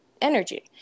energy